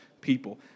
people